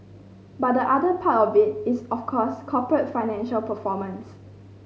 but the other part of it is of course corporate financial performance